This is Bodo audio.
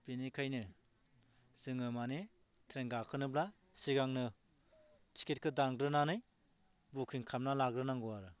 बिनिखायनो जोङो माने ट्रेन गाखोनोब्ला सिगांनो टिकेटखौ दानग्रोनानै बुकिं खालामना लाग्रोनांगौ आरो